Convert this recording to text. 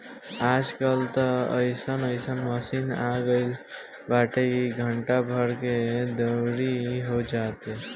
आज कल त अइसन अइसन मशीन आगईल बाटे की घंटा भर में दवरी हो जाता